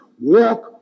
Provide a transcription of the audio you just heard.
walk